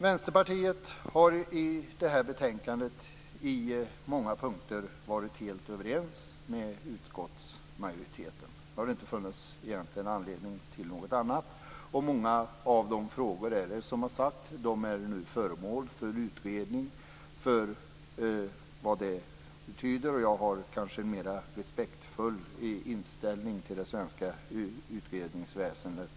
Vänsterpartiet är på många punkter i detta betänkande helt överens med utskottsmajoriteten. Egentligen har det inte funnits anledning till något annat. Många av frågorna är nu föremål för utredning, med allt vad det betyder. Jag har kanske en mera respektfull inställning till det svenska utredningsväsendet.